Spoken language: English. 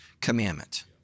commandment